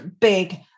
big